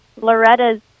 Loretta's